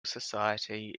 society